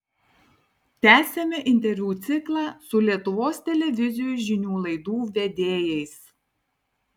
tęsiame interviu ciklą su lietuvos televizijų žinių laidų vedėjais